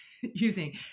using